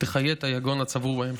תחיה את היגון הצבור בהם.